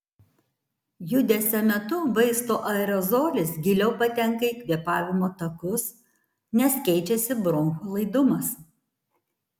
judesio metu vaisto aerozolis giliau patenka į kvėpavimo takus nes keičiasi bronchų laidumas